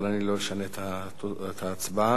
לא עבר.